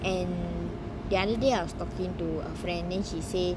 and the other day I was talking to a friend then she say